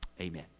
Amen